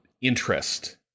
interest